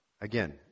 Again